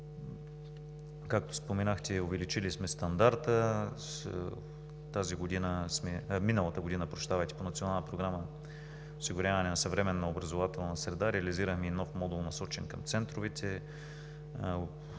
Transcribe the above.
Както споменахте, увеличили сме стандарта. Миналата година по Национална програма „Осигуряване на съвременна образователна среда“ реализираме и нов модул, насочен към центровете